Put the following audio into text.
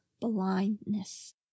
blindness